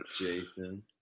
Jason